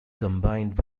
combined